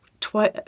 twice